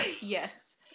Yes